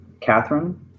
Catherine